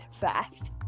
fast